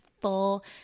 full